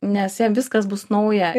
nes jam viskas bus nauja